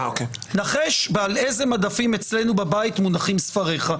נחש על איזה מדפים בבית מונחים ספריך?